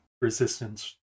resistance